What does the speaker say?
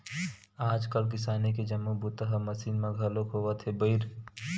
आजकाल किसानी के जम्मो बूता ह मसीन म घलोक होवत हे बइर